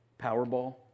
Powerball